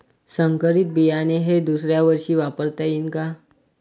संकरीत बियाणे हे दुसऱ्यावर्षी वापरता येईन का?